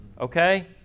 okay